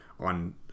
on